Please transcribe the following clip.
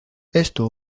esto